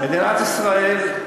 מדינת ישראל,